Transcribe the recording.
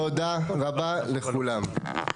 תודה רבה לכולם.